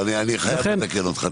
לא, אני חייב לתקן אותך.